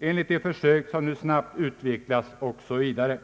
enligt de försök som nu snabbt utvecklas, m,. m.